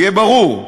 שיהיה ברור.